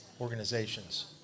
organizations